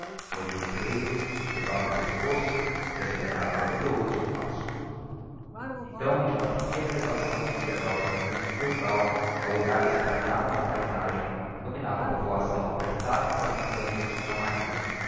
mordia o freio curvava o pescoço e accelerava brioso o passo então de uma pequena elevação que ia galgando milkau o olhar espraiado na paizagem dominava a povoação apertada entre a montanha e o santa maria